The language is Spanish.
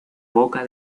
boca